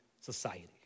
society